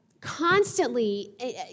constantly